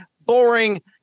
boring